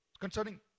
Concerning